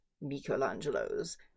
Michelangelo's